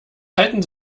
halten